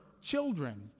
children